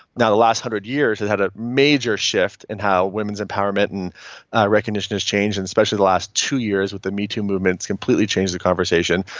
now the last hundred years has had a major shift in how women's empowerment and a recognition has changed. and especially the last two years with the me too movement, that's completely changed the conversation,